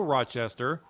Rochester